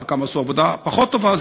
חלקם עשו עבודה פחות טובה.